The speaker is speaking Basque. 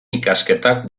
ikasketak